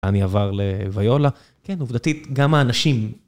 אני עבר לויולה. כן, עובדתית גם האנשים...